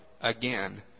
again